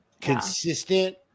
consistent